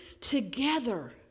together